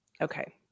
Okay